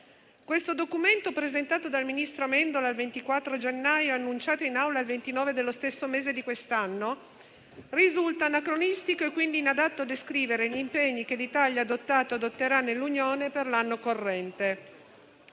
Questo documento, presentato dal ministro Amendola il 24 gennaio e annunciato in Assemblea il 18 febbraio di quest'anno, risulta anacronistico e quindi inadatto a descrivere gli impegni che l'Italia ha adottato e adotterà nell'Unione per l'anno corrente.